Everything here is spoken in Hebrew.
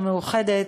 המאוחדת,